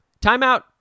Timeout